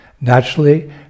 Naturally